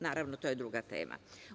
Naravno, to je druga tema.